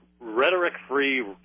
Rhetoric-free